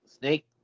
snake